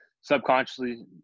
subconsciously